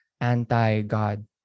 anti-God